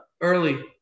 early